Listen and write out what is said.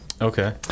Okay